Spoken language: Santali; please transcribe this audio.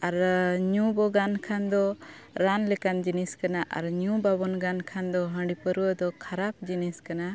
ᱟᱨ ᱧᱩ ᱵᱚᱱ ᱜᱟᱱ ᱠᱷᱟᱱ ᱫᱚ ᱨᱟᱱ ᱞᱮᱠᱟᱱ ᱡᱤᱱᱤᱥ ᱠᱟᱱᱟ ᱟᱨ ᱧᱩ ᱵᱟᱵᱚᱱ ᱜᱟᱱ ᱠᱷᱟᱱ ᱫᱚ ᱦᱟᱺᱰᱤ ᱯᱟᱹᱣᱨᱟᱹ ᱫᱚ ᱠᱷᱟᱨᱟᱯ ᱡᱤᱱᱤᱥ ᱠᱟᱱᱟ